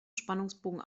spannungsbogen